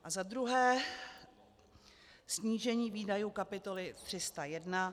A za druhé snížení výdajů kapitoly 301